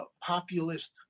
populist